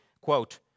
quote